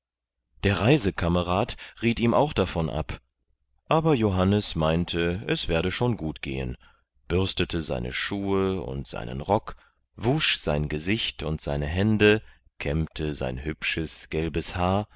der reisekamerad riet ihm auch davon ab aber johannes meinte es werde schon gut gehen bürstete seine schuhe und seinen rock wusch sein gesicht und seine hände kämmte sein hübsches gelbes haar